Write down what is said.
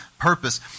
purpose